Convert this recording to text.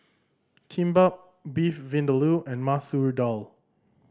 Kimbap Beef Vindaloo and Masoor Dal